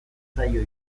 zaio